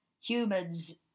humans